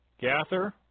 Gather